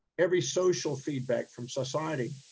every social feedback from society,